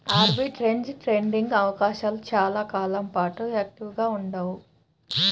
arbitrage trading అవకాశాలు చాలా కాలం పాటు యాక్టివ్గా ఉండవు